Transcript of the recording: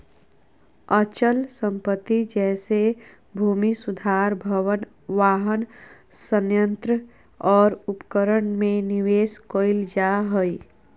अचल संपत्ति जैसे भूमि सुधार भवन, वाहन, संयंत्र और उपकरण में निवेश कइल जा हइ